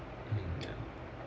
mm yup